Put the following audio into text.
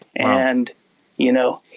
and you know,